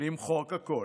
למחוק הכול.